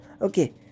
okay